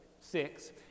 six